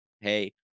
hey